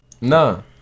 No